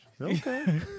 Okay